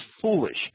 foolish